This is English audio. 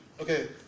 Okay